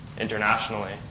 internationally